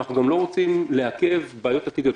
אבל אנחנו גם לא רוצים לעכב בעיות עתידות.